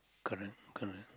correct correct